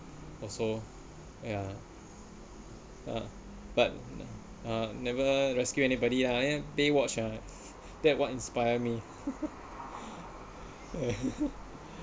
also yeah uh but uh never rescue anybody lah uh baywatch ah that one inspire me